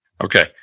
Okay